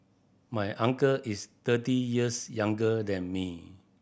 my uncle is thirty years younger than me